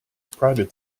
private